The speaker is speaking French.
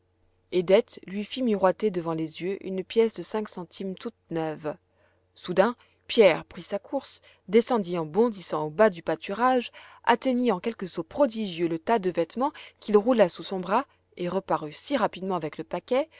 et dete lui fit miroiter devant les yeux une pièce de cinq centimes toute neuve soudain pierre prit sa course descendit en bondissant au bas du pâturage atteignit en quelques sauts prodigieux le tas de vêtements qu'il roula sous son bras et reparut si rapidement avec le paquet